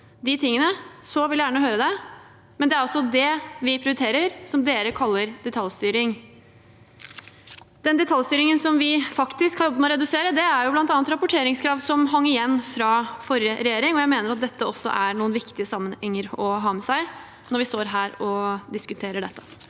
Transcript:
de tingene, vil jeg gjerne høre det, men det er altså det vi prioriterer, som de kaller detaljstyring. Den detaljstyringen vi har jobbet med å redusere, er bl.a. rapporteringskrav som hang igjen fra forrige regjering. Jeg mener at dette også er noen viktige sammenhenger å ha med seg når vi står her og diskuterer dette.